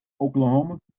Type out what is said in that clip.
Oklahoma